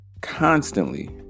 constantly